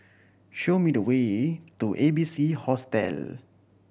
show me the way to A B C Hostel